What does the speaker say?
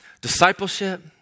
Discipleship